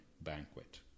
banquet